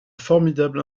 formidable